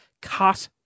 cut